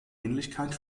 ähnlichkeit